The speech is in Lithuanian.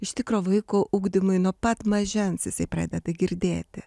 iš tikro vaiko ugdymui nuo pat mažens jisai pradeda girdėti